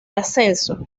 ascenso